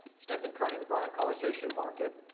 there's nothing currently the bryan college station market,